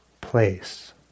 place